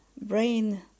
brain